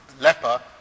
leper